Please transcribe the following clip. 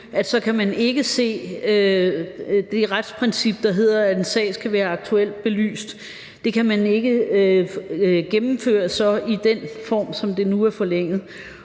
at man så ikke kan se det retsprincip, der hedder, at en sag skal være aktuelt belyst. Det kan man ikke gennemføre i den form, som det nu er forlænget.